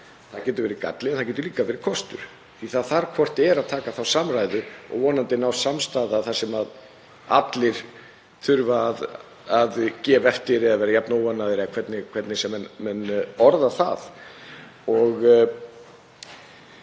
Það getur verið galli en það getur líka verið kostur því það þarf hvort eð er að taka þá samræðu og vonandi næst samstaða þar sem allir þurfa að gefa eftir eða að vera jafn óánægðir eða hvernig sem menn orða það.